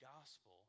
gospel